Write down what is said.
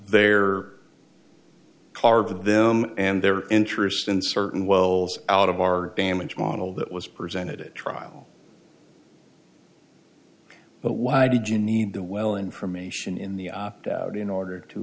their carve them and their interests in certain wells out of our damaged model that was presented at trial but why did you need the well information in the opt out in order to